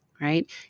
right